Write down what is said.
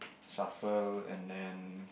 shuffle and then